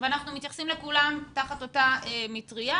ואנחנו מתייחסים לכולם תחת אותה מטריה.